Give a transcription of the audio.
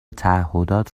تعهدات